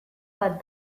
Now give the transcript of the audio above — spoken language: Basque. bat